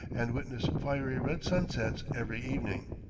and witness fiery red sunsets every evening.